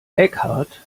eckhart